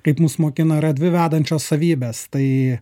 kaip mus mokina yra dvi vedančios savybės tai